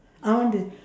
I want to